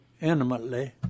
intimately